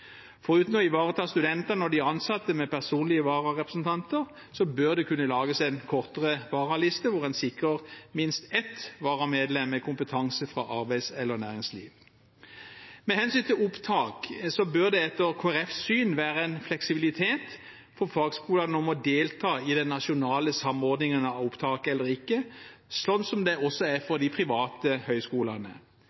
å ivareta studentene og de ansatte med personlige vararepresentanter bør det kunne lages en kortere varaliste, der en sikrer minst ett varamedlem med kompetanse fra arbeids- eller næringsliv. Med hensyn til opptak bør det etter Kristelig Folkepartis syn være en fleksibilitet for fagskolene når det gjelder deltakelse i den nasjonale samordningen av opptak, slik som det også er